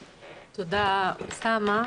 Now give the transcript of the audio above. תודה, אוסאמה.